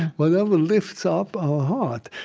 whatever lifts up our heart.